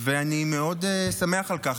ואני מאוד שמח על כך.